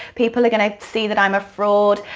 people are gonna see that i'm a fraud,